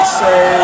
say